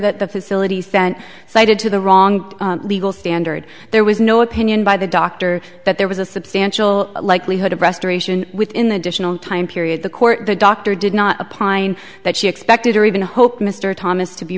that the facility sent cited to the wrong legal standard there was no opinion by the doctor that there was a substantial likelihood of restoration within the additional time period the court or the doctor did not a pine that she expected or even hope mr thomas to be